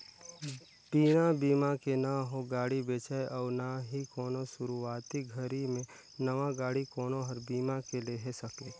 बिना बिमा के न हो गाड़ी बेचाय अउ ना ही कोनो सुरूवाती घरी मे नवा गाडी कोनो हर बीमा के लेहे सके